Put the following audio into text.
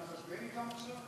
אתה מתחשבן אתם עכשיו?